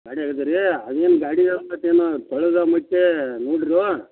ಗಾಡಿ ಆಗಿದೆ ರೀ ಅದೇನು ಗಾಡಿಯೊ ಮತ್ತು ಏನ ತೊಳೆದ ಮತ್ತು ನೋಡ್ರಿಯೊ